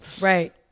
right